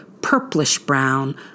purplish-brown